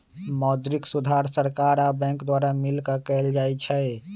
मौद्रिक सुधार सरकार आ बैंक द्वारा मिलकऽ कएल जाइ छइ